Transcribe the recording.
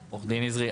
עורך דין נזרי,